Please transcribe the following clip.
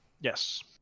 Yes